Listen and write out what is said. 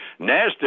NASDAQ